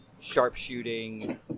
sharpshooting